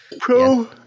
Pro